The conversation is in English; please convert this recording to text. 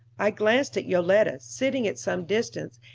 i glanced at yoletta, sitting at some distance,